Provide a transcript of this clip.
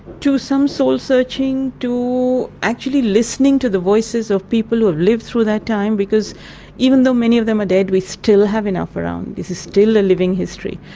to some soul-searching, to actually listening to the voices of people who've lived through that time because even though many of them are dead, we still have enough around, this is still a living history.